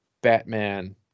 Batman